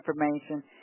information